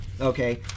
okay